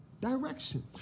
direction